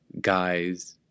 guys